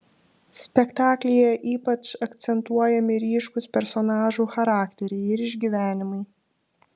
spektaklyje ypač akcentuojami ryškūs personažų charakteriai ir išgyvenimai